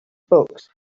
books